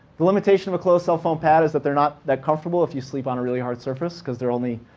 the limitation of a closed cell foam pad is that they're not that comfortable if you sleep on a really hard surface, because they're only,